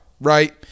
right